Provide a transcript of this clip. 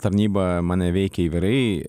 tarnyba mane veikė įvairiai